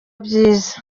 byiza